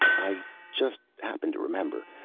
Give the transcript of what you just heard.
i just happened to remember.